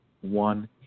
One